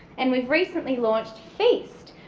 and we've recently launched feast,